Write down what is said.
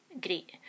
great